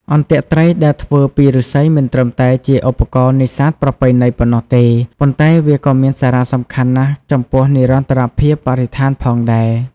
អន្ទាក់ត្រីដែលធ្វើពីឫស្សីមិនត្រឹមតែជាឧបករណ៍នេសាទប្រពៃណីប៉ុណ្ណោះទេ ប៉ុន្តែវាក៏មានសារៈសំខាន់ណាស់ចំពោះនិរន្តរភាពបរិស្ថានផងដែរ។